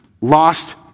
lost